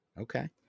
okay